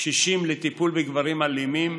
60 לטיפול בגברים אלימים,